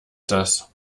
das